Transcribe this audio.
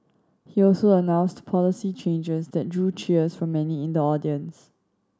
he also announced policy changes that drew cheers from many in the audience